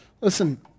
Listen